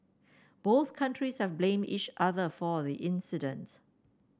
both countries have blamed each other for the incident